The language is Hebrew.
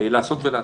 לעשות ולהצליח.